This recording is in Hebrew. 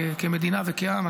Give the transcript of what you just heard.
כמדינה וכעם.